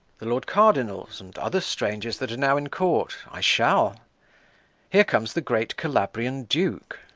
the lord cardinal's and other strangers' that are now in court? i shall here comes the great calabrian duke.